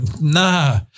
Nah